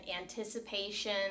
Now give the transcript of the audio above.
anticipation